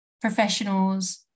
professionals